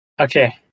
Okay